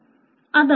Refer Time 0610